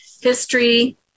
history